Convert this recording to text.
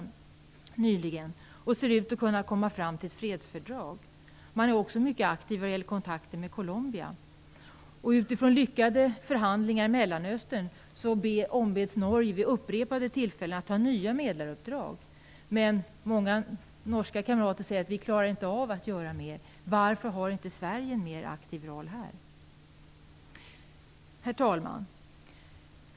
Nu ser det ut att man kommer fram till ett fredsfördrag. Man är också mycket aktiv vad gäller kontakter med Colombia. Utifrån lyckade förhandlingar i Mellanöstern har Norge vid upprepade tillfällen ombetts att ta nya medlaruppdrag. Många norska kamrater tycker att de inte klarar av att göra mer. Varför har inte Sverige en mer aktiv roll här? Herr talman!